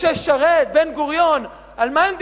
משה שרת, בן-גוריון, על מה הם דיברו?